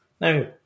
now